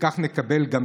וכך נקבל גם,